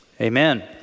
amen